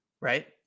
right